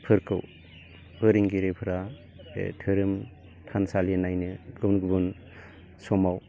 फोरखौ फोरोंगिरिफ्रा बे धोरोम थानसालि नायनो गुबुन गुबुन समाव